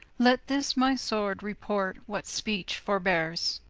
let this my sword report what speech forbeares